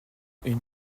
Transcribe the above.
une